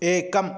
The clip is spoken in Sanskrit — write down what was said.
एकम्